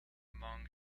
among